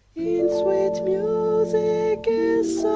in sweet musicke is